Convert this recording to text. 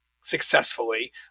successfully